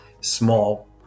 small